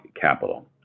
Capital